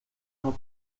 unos